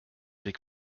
blick